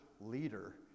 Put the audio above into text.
leader